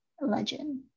legend